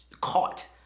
caught